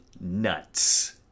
nuts